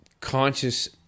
conscious